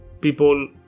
people